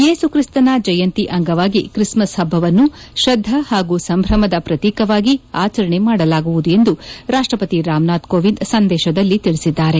ಯೇಸುಕ್ರಿಸ್ತನ ಜಯಂತಿ ಅಂಗವಾಗಿ ಕ್ರಿಸ್ಮಸ್ ಹಬ್ಬವನ್ನು ಶ್ರದ್ಧೆ ಹಾಗೂ ಸಂಭ್ರಮದ ಪ್ರತೀಕವಾಗಿ ಆಚರಣೆ ಮಾಡಲಾಗುವುದು ಎಂದು ರಾಷ್ಟಪತಿ ರಾಮನಾಥ್ ಕೋವಿಂದ್ ಸಂದೇಶದಲ್ಲಿ ತಿಳಿಸಿದ್ದಾರೆ